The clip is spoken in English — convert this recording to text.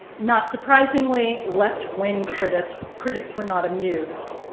not surprisingly, left wing critics critics were not amused.